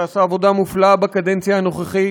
שעשה עבודה מופלאה בקדנציה הנוכחית.